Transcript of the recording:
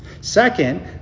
Second